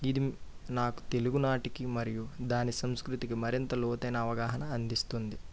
ఇది నా తెలుగునాటికి మరియు దాని సంస్కృతి మరింత లోతైన అవగాహన అందిస్తుంది